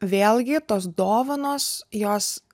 vėlgi tos dovanos jos